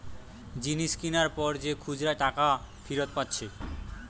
জিনিস কিনার পর যে খুচরা টাকা ফিরত পাচ্ছে